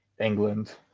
england